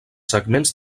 segments